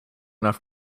enough